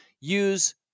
use